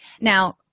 Now